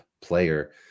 player